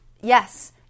yes